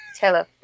Hello